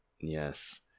yes